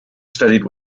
studied